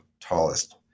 tallest